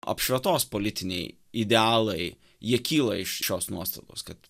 apšvietos politiniai idealai jie kyla iš šios nuostatos kad